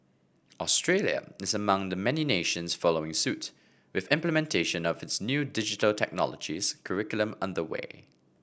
Australia is among the many nations following suit with implementation of its new Digital Technologies curriculum under way